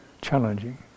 challenging